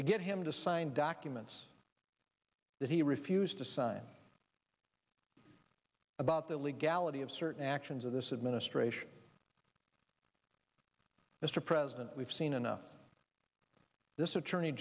to get him to sign documents that he refused to sign about the legality of certain actions of this administration mr president we've seen enough this attorney